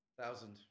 Thousand